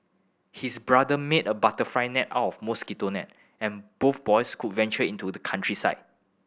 his brother made a butterfly net out of mosquito net and both boys could venture into the countryside